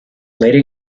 later